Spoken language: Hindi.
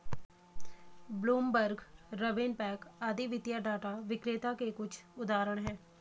ब्लूमबर्ग, रवेनपैक आदि वित्तीय डाटा विक्रेता के कुछ उदाहरण हैं